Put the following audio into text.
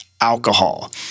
alcohol